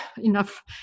enough